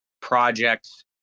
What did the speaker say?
projects